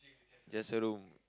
just a room